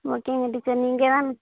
ஓகேங்க டீச்சர் நீங்கள்தான்